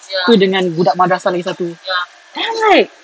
suka dengan budak madrasah yang lagi satu then I'm like